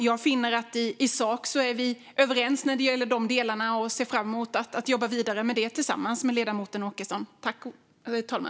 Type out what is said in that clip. Jag finner att vi i sak är överens när det gäller dessa delar, och jag ser fram emot att jobba vidare med detta tillsammans med ledamoten Åkesson.